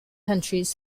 countries